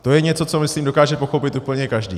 To je něco, co myslím, dokáže pochopit úplně každý.